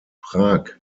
prag